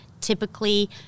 typically